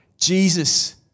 Jesus